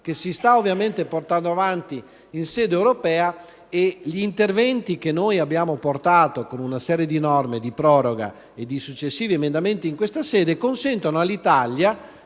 che si stanno ovviamente affrontando in sede europea. Gli interventi che abbiamo portato avanti con una serie di norme di proroga e di successivi emendamenti in questa sede consentono all'Italia